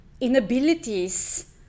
inabilities